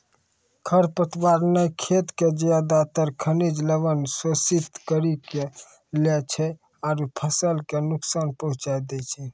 खर पतवार न खेत के ज्यादातर खनिज लवण शोषित करी लै छै आरो फसल कॅ नुकसान पहुँचाय दै छै